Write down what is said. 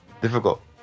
difficult